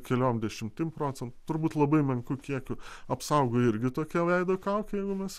keliom dešimtim procen turbūt labai menku kiekiu apsaugo irgi tokia veido kaukė jeigu mes